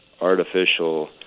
artificial